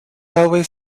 railway